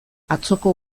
atzoko